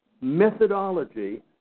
methodology